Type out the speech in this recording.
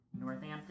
Northampton